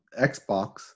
Xbox